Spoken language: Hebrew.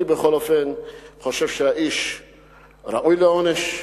אני, בכל אופן, חושב שהאיש ראוי לעונש,